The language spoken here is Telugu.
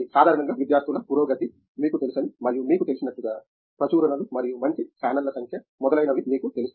సాధారణంగా విద్యార్థుల పురోగతి మీకు తెలుసని మరియు మీకు తెలిసినట్లుగా ప్రచురణలు మరియు మంచి ఛానెల్ల సంఖ్య మొదలైనవి మీకు తెలుస్తాయి